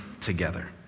together